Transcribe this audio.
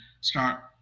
start